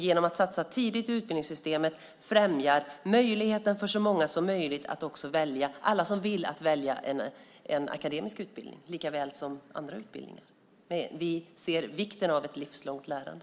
Genom att satsa tidigt i utbildningssystemet främjar vi möjligheten för alla som vill att välja en akademisk utbildning lika väl som andra utbildningar. Vi ser vikten av ett livslångt lärande.